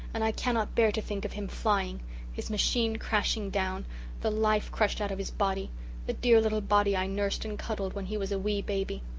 and i cannot bear to think of him flying his machine crashing down the life crushed out of his body the dear little body i nursed and cuddled when he was a wee baby.